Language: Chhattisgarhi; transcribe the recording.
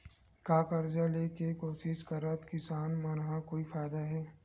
का कर्जा ले के कोशिश करात किसान मन ला कोई फायदा हे?